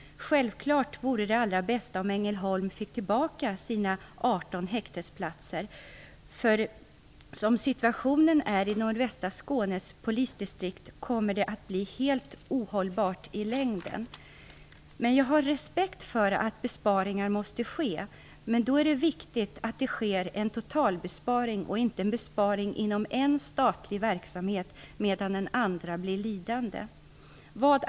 Självklart vore det allra bäst om Ängelholm fick tillbaka sina 18 häktesplatser. Situationen i Nordvästra Skånes polisdistrikt kommer nämligen i längden att bli helt ohållbar. Jag har respekt för att besparingar måste ske, men då är det viktigt att det görs en totalbesparing och inte en besparing inom en statlig verksamhet medan den andra blir lidande.